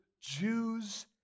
Jews